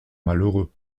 malheureux